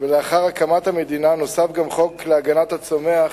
ולאחר הקמת המדינה נוסף גם חוק להגנת הצומח